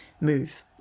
move